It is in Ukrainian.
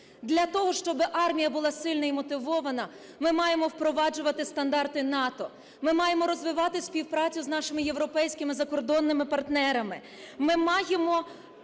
Для того, щоб армія була сильна і мотивована, ми маємо впроваджувати стандарти НАТО. Ми маємо розвивати співпрацю з нашими європейськими закордонними партнерами.